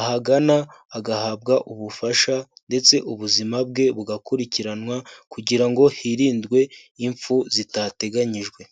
ahagana, agahabwa ubufasha ndetse ubuzima bwe bugakurikiranwa kugira ngo hirindwe impfu zitateganyijwe.